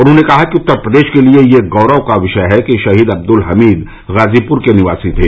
उन्होंने कहा कि उत्तर प्रदेश के लिये यह गौरव का विषय है कि शहीद अब्दुल हमीद गाजीपुर के निवासी थे